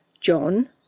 John